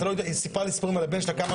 היא סיפרה לי סיפורים על הבן שלה כמה